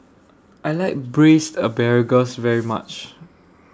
I like Braised Asparagus very much